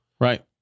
right